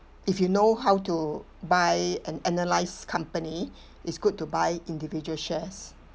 if you know how to buy and analyse company is good to buy individual shares